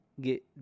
get